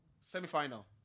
semi-final